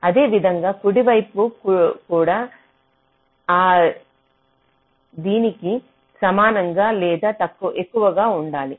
అదేవిధంగా కుడివైపు కూడా అ దీనికి సమానంగా లేదా ఎక్కువగా ఉండాలి